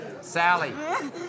Sally